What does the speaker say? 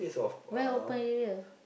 where open area